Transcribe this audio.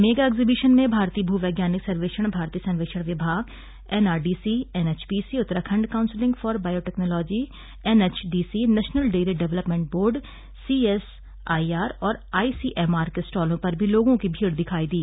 mega exhibition में भारतीय भूवैज्ञानिक सर्वेक्षण भारतीय सर्वेक्षण विभाग NRDC NHPC Uttarakhand council for biotechnology NHDC national dairy development board CSIR और आईसीएमआर के स्टालों पर भी लोगों की भीड़ दिखाई दी